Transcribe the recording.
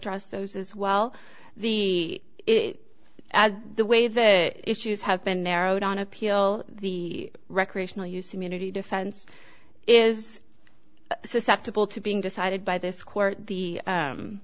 s those as well the the way that issues have been narrowed on appeal the recreational use immunity defense is susceptible to being decided by this court the